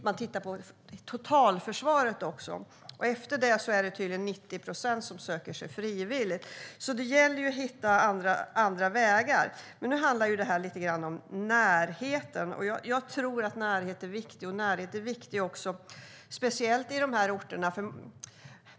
Man tittar på totalförsvaret också. Efter detta är det tydligen 90 procent som söker sig frivilligt. Det gäller alltså att hitta andra vägar. Men nu handlar det här om närheten. Jag tror att närheten är viktig, speciellt när det gäller de här orterna.